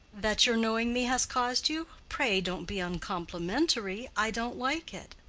that your knowing me has caused you? pray don't be uncomplimentary i don't like it.